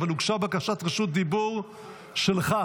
אבל הוגשה בקשת רשות דיבור שלך,